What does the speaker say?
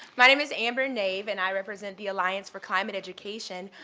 my name is amber nave, and i represent the alliance for climate education.